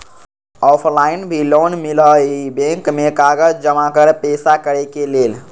Offline भी loan मिलहई bank में कागज जमाकर पेशा करेके लेल?